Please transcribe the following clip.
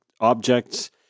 objects